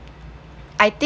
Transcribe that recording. I think